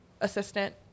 Assistant